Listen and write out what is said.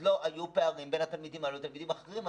לא היו פערים בין התלמידים החרדים לאחרים,